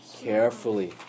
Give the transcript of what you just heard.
Carefully